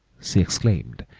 she exclaimed,